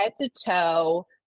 head-to-toe